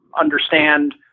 understand